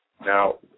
Now